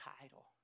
title